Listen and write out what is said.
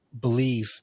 believe